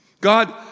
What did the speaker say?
God